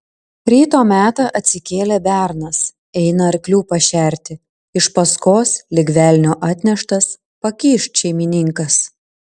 ryto metą atsikėlė bernas eina arklių pašerti iš paskos lyg velnio atneštas pakyšt šeimininkas